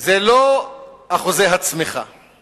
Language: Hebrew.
זה לא אחוזי הצמיחה